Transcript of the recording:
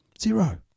Zero